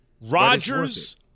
Rodgers